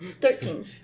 Thirteen